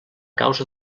causa